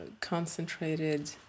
concentrated